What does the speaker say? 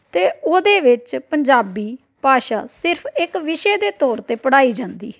ਅਤੇ ਉਹਦੇ ਵਿੱਚ ਪੰਜਾਬੀ ਭਾਸ਼ਾ ਸਿਰਫ਼ ਇੱਕ ਵਿਸ਼ੇ ਦੇ ਤੌਰ 'ਤੇ ਪੜ੍ਹਾਈ ਜਾਂਦੀ ਹੈ